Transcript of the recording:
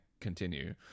continue